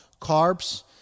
carbs